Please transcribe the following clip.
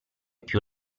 più